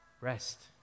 rest